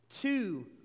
Two